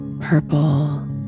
purple